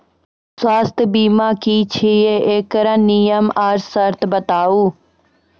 स्वास्थ्य बीमा की छियै? एकरऽ नियम आर सर्त बताऊ?